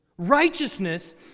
Righteousness